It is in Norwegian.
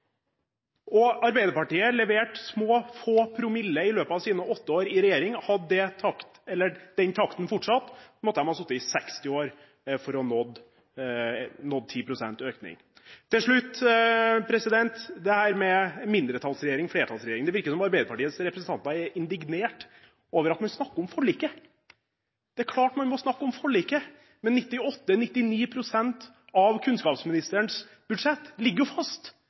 året. Arbeiderpartiet leverte få promiller i løpet av deres åtte år i regjering. Hadde den takten fortsatt, måtte de hadde sittet i 60 år for å ha nådd 10 pst. økning. Til slutt til dette med mindretallsregjering og flertallsregjering: Det virker som om Arbeiderpartiets representanter er indignerte over at vi snakker om forliket. Det er klart man må snakke om forliket, men 98–99 pst. av kunnskapsministerens budsjett ligger jo fast.